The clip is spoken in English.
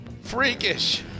Freakish